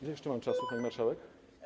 Ile jeszcze mam czasu, pani marszałek?